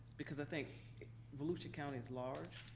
because i think volusia county is large.